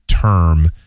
term